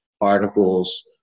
articles